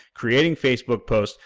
creating facebook posts,